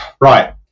Right